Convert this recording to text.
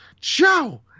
Joe